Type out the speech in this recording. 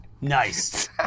Nice